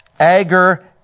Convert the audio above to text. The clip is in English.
Agar